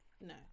no